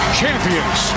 champions